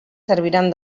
serviran